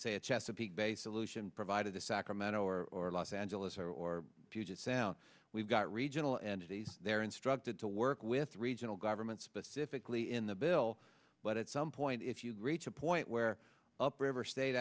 say a chesapeake bay solution provided to sacramento or los angeles or puget sound we've got regional entities they're instructed to work with regional governments specifically in the bill but at some point if you reach a point where upriver state